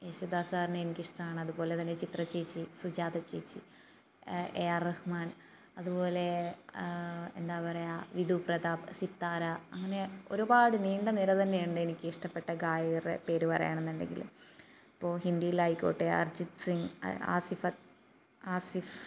യേശുദാസ് സാറിനെ എനിക്കിഷ്ടമാണ് അതുപോലെ തന്നെ ചിത്ര ചേച്ചി സുജാത ചേച്ചി എ ആർ റഹ്മാൻ അതുപോലെ എന്താ പറയാ വിധുപ്രതാപ് സിത്താര അങ്ങനെ ഒരുപാട് നീണ്ട നിര തന്നെയുണ്ട് എനിക്ക് ഇഷ്ടപ്പെട്ട ഗായകരുടെ പേർ പറയാണെന്നുണ്ടെങ്കിൽ ഇപ്പോൾ ഹിന്ദിയിൽ ആയിക്കോട്ടെ അർജിത് സിംഗ് ആസിഫ് ആസിഫ്